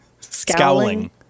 Scowling